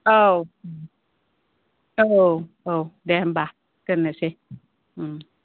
औ औ औ दे होमब्ला दोननोसै